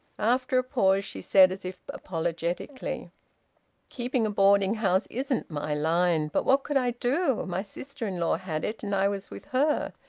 after a pause she said, as if apologetically keeping a boarding-house isn't my line. but what could i do? my sister-in-law had it, and i was with her.